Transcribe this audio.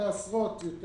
עשרות.